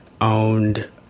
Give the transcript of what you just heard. owned